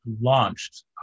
launched